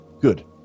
good